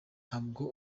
ntabwo